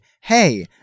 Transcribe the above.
Hey